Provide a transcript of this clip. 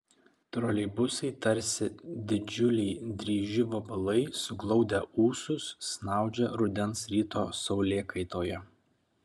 troleibusai tarsi didžiuliai dryži vabalai suglaudę ūsus snaudžia rudens ryto saulėkaitoje